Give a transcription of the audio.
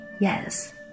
yes